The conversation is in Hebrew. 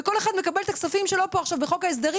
וכל אחד מקבל את הכספים שלו פה עכשיו בחוק ההסדרים